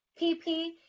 PP